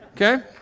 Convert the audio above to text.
Okay